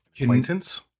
Acquaintance